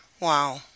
Wow